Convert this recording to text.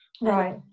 right